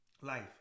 life